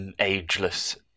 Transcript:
ageless